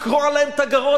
לקרוע להם את הגרון,